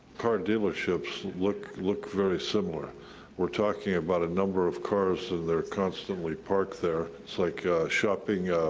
car dealerships, look look very similar we're talking about a number of cars, and they're constantly parked there. it's like shopping,